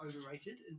overrated